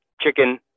chicken